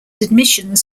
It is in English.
admissions